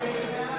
43(12),